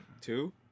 Two